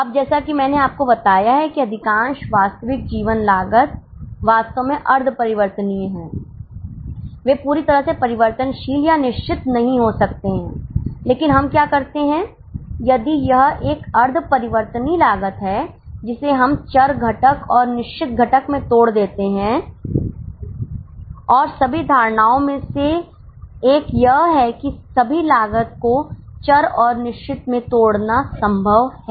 अब जैसा कि मैंने आपको बताया है कि अधिकांश वास्तविक जीवन लागत वास्तव में अर्ध परिवर्तनीय हैं वे पूरी तरह से परिवर्तनशील या निश्चित नहीं हो सकते हैं लेकिन हम क्या करते हैं यदि यह एक अर्ध परिवर्तनीय लागत है जिसे हम चर घटक और निश्चित घटक में तोड़ देते हैं और सभी धारणाओं में से एक यह है कि सभी लागत को चर और निश्चित में तोड़ना संभव है